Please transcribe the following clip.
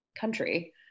country